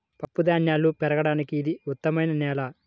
పప్పుధాన్యాలు పెరగడానికి ఇది ఉత్తమమైన నేల